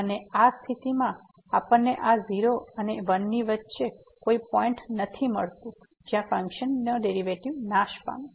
અને આ સ્થિતિમાં આપણને આ 0 અને 1 ની વચ્ચે કોઈ પોઈન્ટ નથી મળતું જ્યાં ફંકશન ડેરિવેટિવ નાશ પામે છે